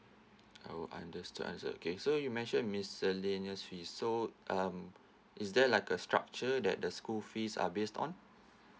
oh understood understood okay so you mention miscellaneous fees so um is there like a structure that the school fees are based on